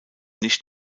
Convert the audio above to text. nicht